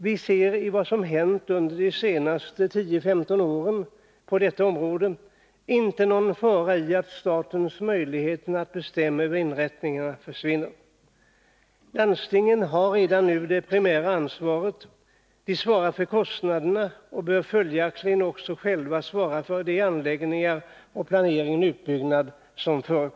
Vi ser i vad som hänt på detta område under de senaste 10-15 åren inte någon fara i att statens möjlighet att bestämma över inrättningarna försvinner. Landstingen har redan nu det primära ansvaret. De svarar för kostnaderna och bör följaktligen också själva svara för anläggningarnas planering och Nr 41 utbyggnad.